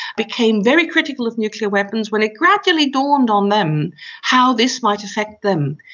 became very critical of nuclear weapons when it gradually dawned on them how this might affect them.